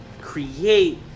create